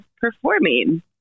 performing